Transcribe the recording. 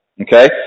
Okay